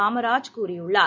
காமராஜ் கூறியுள்ளார்